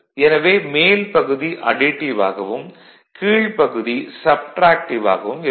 எனவே மேல்பகுதி அடிட்டிவ் ஆகவும் கீழ்ப்பகுதி சப்ட்ராக்டிவ் ஆகவும் இருக்கும்